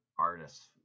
artists